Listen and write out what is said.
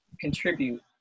contribute